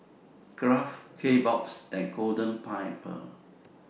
Kraft Kbox and Golden Pineapple